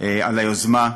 על היוזמה,